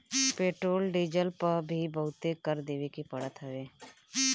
petrol diesel पअ भी बहुते कर देवे के पड़त हवे